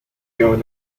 going